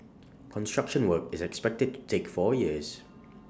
construction work is expected to take four years